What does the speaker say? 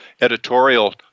editorial